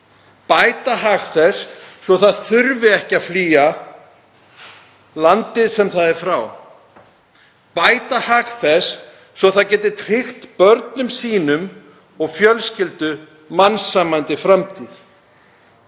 bæta hag þess svo það þurfi ekki að flýja landið sem það er frá, bæta hag þess svo það geti tryggt börnum sínum og fjölskyldu mannsæmandi framtíð.